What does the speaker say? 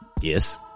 Yes